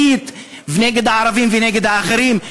מסית נגד הערבים ונגד האחרים,